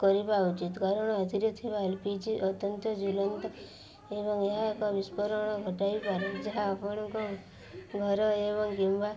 କରିଵା ଉଚିତ କାରଣ ଏଥିରେ ଥିବା ଏଲ ପି ଜି ଅତ୍ୟନ୍ତ ଜ୍ୱଳନ୍ତ ଏବଂ ଏହା ଏକ ବିସ୍ଫୋରଣ ଘଟାଇ ପାରେ ଯାହା ଆପଣଙ୍କ ଘର ଏବଂ କିମ୍ବା